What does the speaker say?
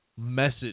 message